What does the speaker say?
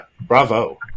bravo